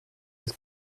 das